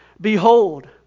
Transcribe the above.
Behold